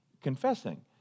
confessing